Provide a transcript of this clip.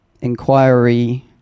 inquiry